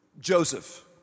Joseph